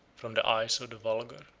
from the eyes of the vulgar.